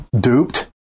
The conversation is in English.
duped